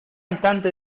instante